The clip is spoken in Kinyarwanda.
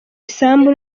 isambu